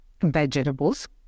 vegetables